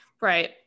Right